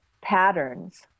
patterns